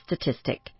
statistic